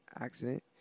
accident